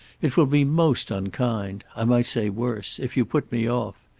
it will be most unkind i might say worse if you put me off.